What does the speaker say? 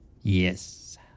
Yes